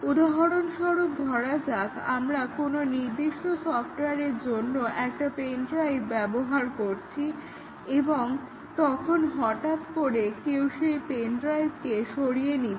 উদাহরণস্বরূপ ধরা যাক আমরা কোনো নির্দিষ্ট সফটওয়ারের জন্য একটা পেনড্রাইভ ব্যবহার করছি এবং তখন হঠাৎ করে কেউ সেই পেনড্রাইভকে সরিয়ে নিচ্ছে